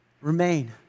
remain